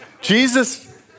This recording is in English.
Jesus